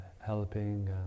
helping